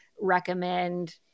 recommend